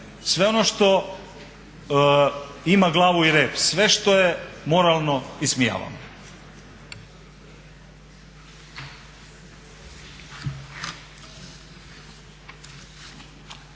sve ono što ima glavu i rep, sve što je moralno ismijavamo.